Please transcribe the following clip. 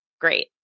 great